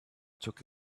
took